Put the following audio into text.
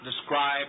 describe